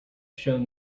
shone